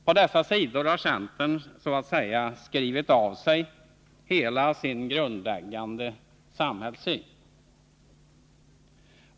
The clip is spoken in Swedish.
På dessa sidor har centern ”skrivit av sig” hela sin grundläggande samhällssyn.